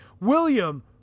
William